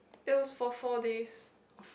it was for four days